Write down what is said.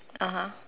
(uh huh)